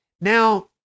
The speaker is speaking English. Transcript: Now